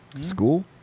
School